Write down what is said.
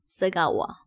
Sagawa